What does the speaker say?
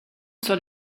zur